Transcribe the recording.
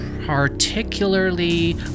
Particularly